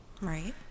Right